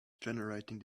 generating